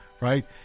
right